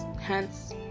hence